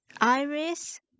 Iris